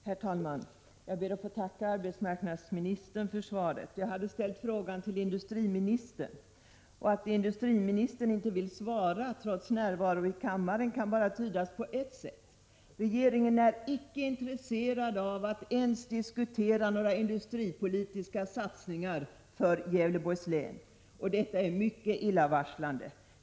Herr talman! Jag ber att få tacka arbetsmarknadsministern för svaret. Jag hade ställt frågan till industriministern, och att industriministern inte vill svara trots närvaro i kammaren kan bara tydas på ett sätt: regeringen är icke intresserad av att ens diskutera några industripolitiska satsningar för Gävleborgs län. Detta är mycket illavarslande.